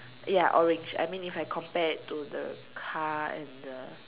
ya orange I mean if I compare it to the car and the